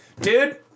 Dude